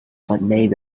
butmaybe